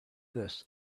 this